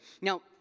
Now